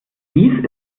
dies